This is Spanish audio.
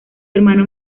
hermano